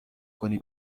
کنی